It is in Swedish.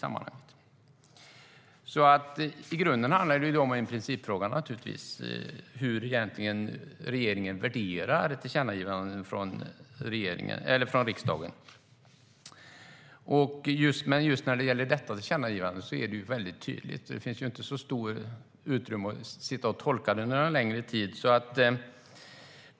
I grunden handlar det om en principfråga, hur regeringen värderar tillkännagivanden från riksdagen. Just detta tillkännagivande är mycket tydligt - det finns inte så stort utrymme för att sitta och tolka det någon längre tid.